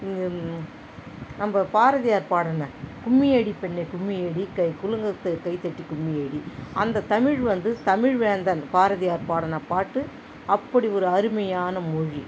நம்ம பாரதியார் பாடின கும்மியடி பெண்ணே கும்மியடி கை குலுங்க கை தட்டி கும்மியடி அந்த தமிழ் வந்து தமிழ் வேந்தன் பாரதியார் பாடின பாட்டு அப்படி ஒரு அருமையான மொழி